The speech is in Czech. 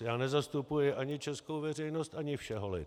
Já nezastupuji ani českou veřejnost, ani všeholid.